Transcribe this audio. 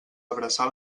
abraçar